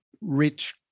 rich